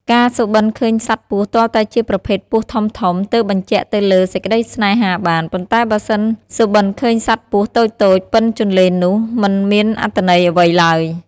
ការសុបិនឃើញសត្វពស់ទាល់តែជាប្រភេទពស់ធំៗ ទើបបញ្ជាក់ទៅលើ សេចក្តីសេ្នហាបាន ប៉ុន្តែបើសិនសុបិនឃើញសត្វពស់តូចៗប៉ុនជន្លេននោះ មិន មានអត្ថន័យអ្វីឡើយ។